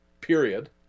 period